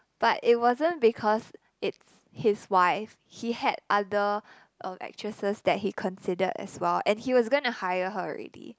but it wasn't because it's his wife he had other um actresses that he considered as well and he was gonna hire her already